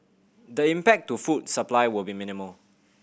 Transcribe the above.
the impact to food supply will be minimal